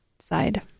side